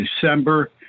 December